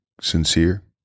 sincere